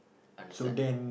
understand